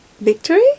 Victory